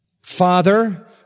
Father